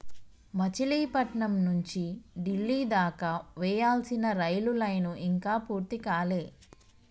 మచిలీపట్నం నుంచి డిల్లీ దాకా వేయాల్సిన రైలు లైను ఇంకా పూర్తి కాలే